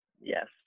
Yes